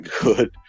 good